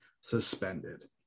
suspended